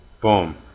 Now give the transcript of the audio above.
boom